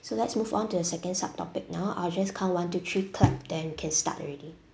so let's move on to the second subtopic now I'll just count one two three clap then can start already